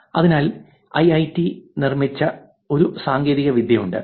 അതിനാൽ എംഐടിയിൽ നിർമ്മിച്ച ഒരു സാങ്കേതികവിദ്യയുണ്ട്